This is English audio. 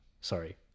sorry